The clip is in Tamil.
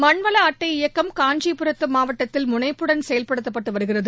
மண்வள அட்டை இயக்கம் காஞ்சிபரம் மாவட்டத்தில் முனைப்புடன் செயல்படுத்தப்பட்டு வருகிறது